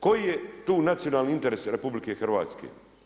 Koji je tu nacionalni interes Republike Hrvatske?